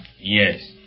Yes